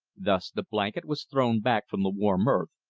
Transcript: thus the blanket was thrown back from the warm earth,